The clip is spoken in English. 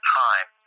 time